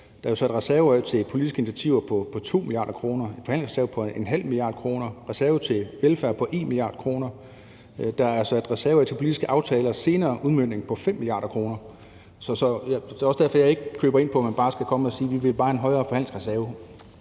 der er jo sat en reserve af til politiske initiativer på 2 mia. kr. Der er en forhandlingsreserve på ½ mia. kr., en reserve til velfærd på 1 mia. kr., og der er sat en reserve af til politiske aftalers senere udmøntning på 5 mia. kr. Det er også derfor, at jeg ikke køber ind på, at man bare skal komme og sige: Vi vil bare have en højere forhandlingsreserve.